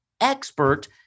expert